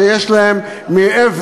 שיש להם מעבר,